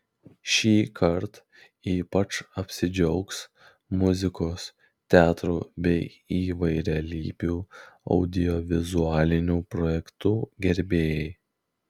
šįkart ypač apsidžiaugs muzikos teatro bei įvairialypių audiovizualinių projektų gerbėjai